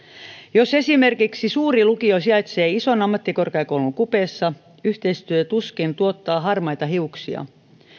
jos esimerkiksi suuri lukio sijaitsee ison ammattikorkeakoulun kupeessa yhteistyö tuskin tuottaa harmaita hiuksia